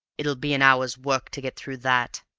it'll be an hour's work to get through that!